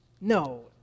No